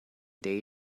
they